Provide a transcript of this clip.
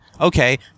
Okay